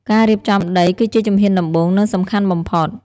ការរៀបចំដីគឺជាជំហានដំបូង និងសំខាន់បំផុត។